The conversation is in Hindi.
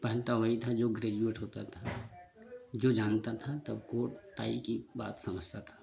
पहनता वही था जो ग्रेजुएट होता था जो जानता था तो कोट टाई की बात समझता था